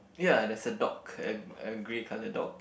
ya there's a dog a a gray colour dog